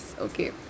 okay